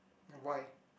avoid